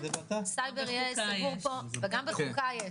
סייבר יהיה סגור פה וגם בחוקה יש .